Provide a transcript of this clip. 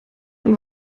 und